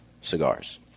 cigars